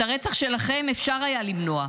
את הרצח שלכם אפשר היה למנוע.